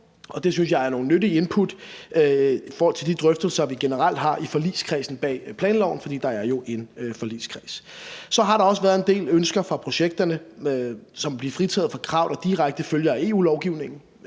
nogle nyttige input i forhold til de drøftelser, vi generelt har i forligskredsen bag planloven. For der er jo en forligskreds. Så har der også været en del ønsker fra projektholderne såsom at blive fritaget for krav, der direkte følger af EU-lovgivningen.